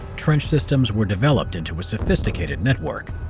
trench systems were developed into a sophisticated network.